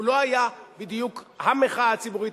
הוא לא היה בדיוק המחאה הציבורית,